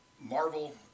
Marvel